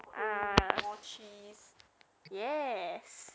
ya that's why that's why all your fats come from there